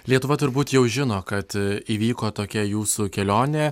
lietuva turbūt jau žino kad įvyko tokia jūsų kelionė